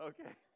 Okay